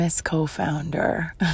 co-founder